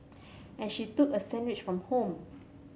and she took a sandwich from home